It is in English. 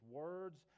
words